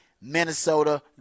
Minnesota